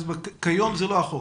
כיום זה לא החוק.